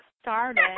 started